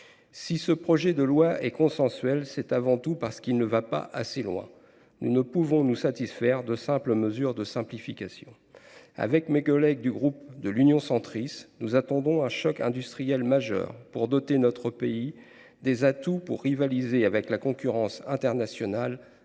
Si ce projet de loi est consensuel, c’est avant tout parce qu’il ne va pas assez loin. Nous ne pouvons nous satisfaire de simples mesures de simplification. Comme tous mes collègues du groupe Union Centriste, j’attends un choc industriel majeur pour doter notre pays des atouts lui permettant de rivaliser avec la concurrence internationale,